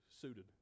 suited